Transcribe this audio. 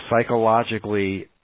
psychologically